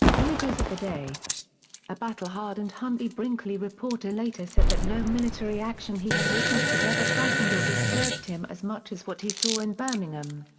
images of the day a battle-hardened huntley-brinkley reporter later said that no military action he had witnessed had ever frightened or disturbed him as much as what he saw in birmingham.